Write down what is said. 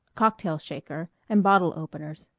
cocktail shaker, and bottle-openers.